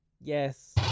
yes